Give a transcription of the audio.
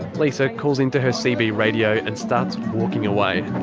lisa calls into her cb radio. and starts walking away.